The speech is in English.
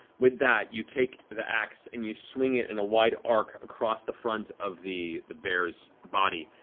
with that, you take the axe and you swing it in a wide arc across the front of the the bear's body.